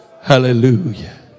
Hallelujah